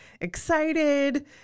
excited